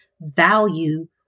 value